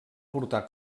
portar